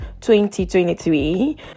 2023